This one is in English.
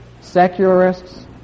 secularists